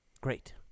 Great